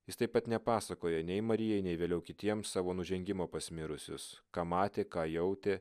jis taip pat nepasakoja nei marijai nei vėliau kitiems savo nužengimo pas mirusius ką matė ką jautė